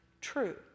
true